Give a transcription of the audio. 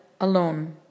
alone